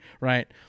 right